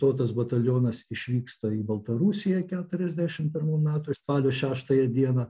to tas batalionas išvyksta į baltarusiją keturiasdešim pirmų metų spalio šeštąją dieną